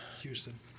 Houston